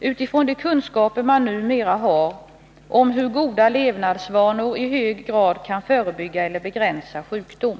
utifrån de kunskaper man numera har om hur goda levnadsvanor i hög grad kan förebygga eller begränsa sjukdom.